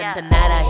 Tonight